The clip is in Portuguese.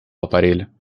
aparelho